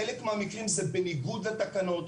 ובחלק מהמקרים זה בניגוד לתקנות,